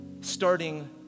starting